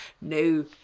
no